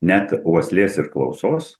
net uoslės ir klausos